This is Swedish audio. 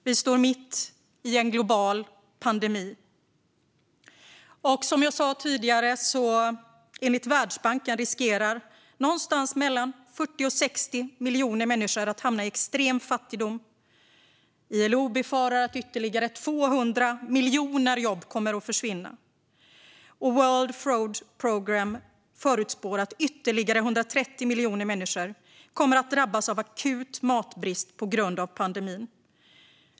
Vi står mitt i en global pandemi. Som jag sa tidigare riskerar, enligt Världsbanken, mellan 40 och 60 miljoner människor att hamna i extrem fattigdom. ILO befarar att ytterligare 200 miljoner jobb kommer att försvinna, och World Food Programme förutspår att ytterligare 130 miljoner människor kommer att drabbas av akut matbrist på grund av pandemin.